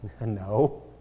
No